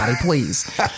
please